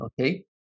Okay